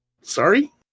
sorry